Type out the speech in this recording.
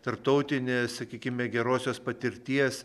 tarptautinės sakykime gerosios patirties